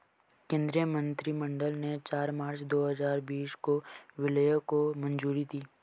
केंद्रीय मंत्रिमंडल ने चार मार्च दो हजार बीस को विलय को मंजूरी दी